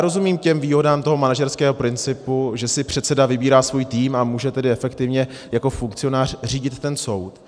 Rozumím těm výhodám toho manažerského principu, že si předseda vybírá svůj tým, a může tedy efektivně jako funkcionář řídit ten soud.